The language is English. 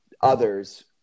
others